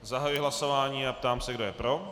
Zahajuji hlasování a ptám se, kdo je pro.